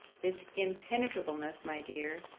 this impenetrableness, my dear,